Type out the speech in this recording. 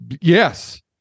Yes